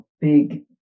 big